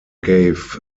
gave